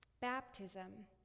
baptism